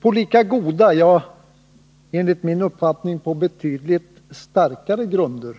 På lika goda, ja, enligt min uppfattning på betydligt starkare grunder